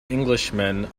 englishmen